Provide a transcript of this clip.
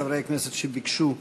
חברי כנסת שביקשו לדבר,